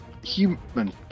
human